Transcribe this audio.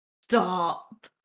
stop